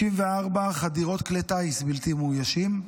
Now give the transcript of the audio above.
64 חדירות כלי טיס בלתי מאוישים,